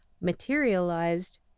materialized